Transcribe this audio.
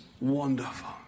wonderful